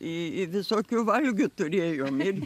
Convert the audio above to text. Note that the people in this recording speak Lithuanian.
į į visokių valgių turėjom ir